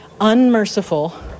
unmerciful